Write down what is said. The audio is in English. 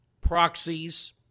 proxies